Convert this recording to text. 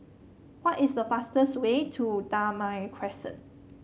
what is the fastest way to Damai Crescent